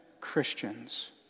Christians